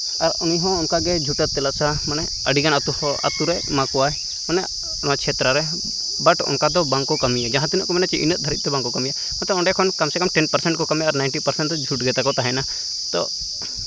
ᱟᱨ ᱩᱱᱤ ᱦᱚᱸ ᱚᱱᱠᱟᱜᱮ ᱡᱷᱩᱴᱟᱹ ᱛᱮᱞᱟᱥᱟ ᱢᱟᱱᱮ ᱟᱹᱰᱤᱜᱟᱱ ᱟᱹᱛᱩ ᱦᱚᱸ ᱟᱹᱛᱩ ᱨᱮ ᱮᱢᱟ ᱠᱚᱣᱟᱭ ᱢᱟᱱᱮ ᱱᱚᱣᱟ ᱪᱷᱮᱛᱨᱚ ᱨᱮ ᱵᱟᱴ ᱚᱱᱠᱟ ᱫᱚ ᱵᱟᱝ ᱠᱚ ᱠᱟᱹᱢᱤᱭᱟ ᱡᱟᱦᱟᱸ ᱛᱤᱱᱟᱹᱜ ᱠᱚ ᱢᱮᱱᱟᱜ ᱤᱱᱟᱹᱜ ᱫᱷᱟᱹᱨᱤᱡ ᱪᱮ ᱵᱟᱝᱠᱚ ᱠᱟᱹᱢᱤᱭᱟ ᱢᱚᱛᱞᱚᱵᱽ ᱚᱸᱰᱮ ᱠᱷᱚᱱ ᱠᱚᱢ ᱥᱮ ᱠᱚᱢ ᱴᱮᱹᱱ ᱯᱟᱨᱥᱮᱱᱴ ᱠᱚ ᱠᱟᱹᱢᱤᱭᱟ ᱟᱨ ᱱᱟᱭᱤᱱᱴᱤ ᱯᱟᱨᱥᱮᱱᱴ ᱜᱮ ᱡᱷᱩᱴ ᱜᱮ ᱛᱟᱠᱚ ᱛᱟᱦᱮᱱᱟ ᱛᱳ